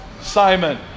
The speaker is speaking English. Simon